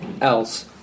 else